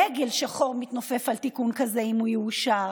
דגל שחור מתנופף על תיקון כזה אם הוא יאושר.